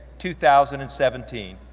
two thousand and seventeen.